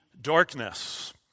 darkness